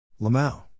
Lamau